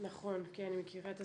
נכון, כן, אני מכירה.